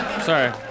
Sorry